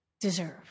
deserve